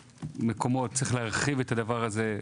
צריך להרחיב את הדבר הזה.